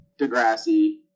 Degrassi